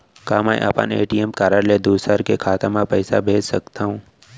का मैं अपन ए.टी.एम कारड ले दूसर के खाता म पइसा भेज सकथव?